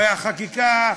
הרי החקיקה,